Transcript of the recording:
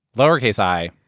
lowercase i,